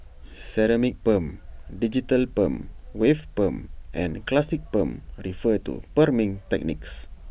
ceramic perm digital perm wave perm and classic perm refer to perming techniques